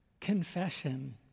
confession